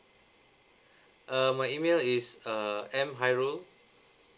uh my email is uh M hairul